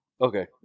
Okay